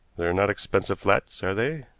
they're not expensive flats, are they?